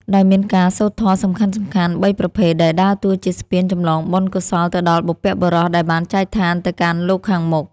ដោយមានការសូត្រធម៌សំខាន់ៗបីប្រភេទដែលដើរតួជាស្ពានចម្លងបុណ្យកុសលទៅដល់បុព្វបុរសដែលបានចែកឋានទៅកាន់លោកខាងមុខ។